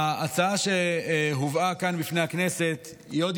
ההצעה שהובאה כאן בפני הכנסת היא עוד